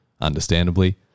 understandably